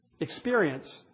experience